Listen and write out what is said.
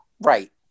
Right